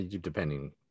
depending